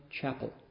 chapel